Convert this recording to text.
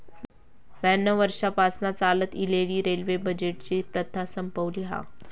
ब्याण्णव वर्षांपासना चालत इलेली रेल्वे बजेटची प्रथा संपवली हा